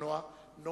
עוזרתה